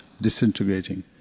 disintegrating